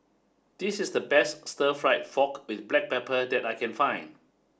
this is the best Stir Fry Pork With Black Pepper that I can find